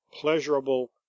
pleasurable